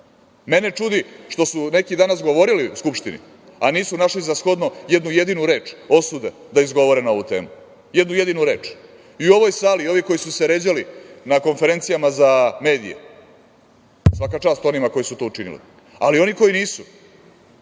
čudi što su neki danas govorili u Skupštini a nisu našli za shodno jednu jedini reč osude da izgovore na ovu temu. I u ovoj sali, ovi koji su se ređali na konferencijama za medije, svaka čast onima koji su to učinili, ali oni koji nisu,